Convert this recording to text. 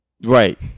right